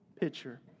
picture